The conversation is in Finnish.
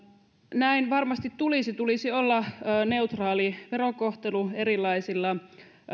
näin varmasti tulisi olla tulisi olla neutraali verokohtelu erilaisilla